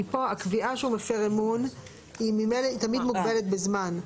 כי פה הקביעה שהוא מפר אמון היא תמיד מוגבלת בזמן.